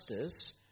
justice